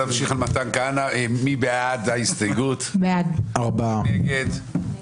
מי בעד הסתייגות 181?, מי נגד?